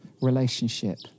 relationship